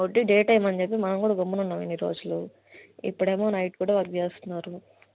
వట్టి day time అని చెప్పి మనం కూడా గమ్మునున్నాము ఇన్ని రోజులూ ఇప్పుడేమో నైట్ కూడా వర్క్ చేస్తున్నారు